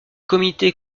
comité